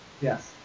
Yes